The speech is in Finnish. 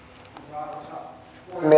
arvoisa puhemies